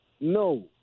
No